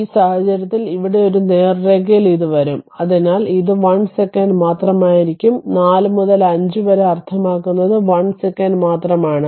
ഈ സാഹചര്യത്തിൽ ഇവിടെ ഈ നേർരേഖയിൽ ഇത് വരും അതിനാൽ ഇത് 1 സെക്കൻഡ് മാത്രമായിരിക്കും 4 മുതൽ 5 വരെ അർത്ഥമാക്കുന്നത് 1 സെക്കൻഡ് മാത്രമാണ്